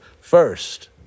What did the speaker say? first